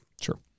Sure